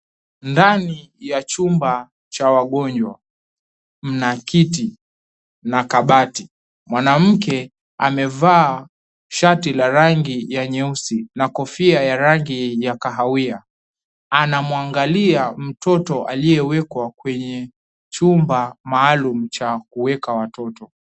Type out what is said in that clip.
Ndani ya chumba cha wagonjwa, mna kiti, na kabati. Mwanamke amevaa shati ya rangi nyeusi na kofia ya rangi ya kahawia. Anamwangalia mtoto aliyewekwa kwenye chumba maaalum cha kuweka watoto.